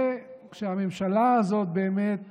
כשהממשלה הזאת באמת